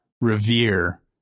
revere